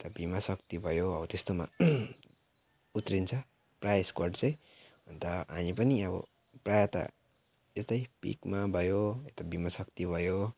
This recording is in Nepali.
अन्त भिमा शक्ति भयो हौ त्यस्तोमा उत्रिन्छ प्रायः स्क्वाड चाहिँ अन्त हामी पनि अब प्रायः त यतै पिकमा भयो यता भिमा शक्ति भयो